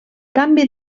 canvi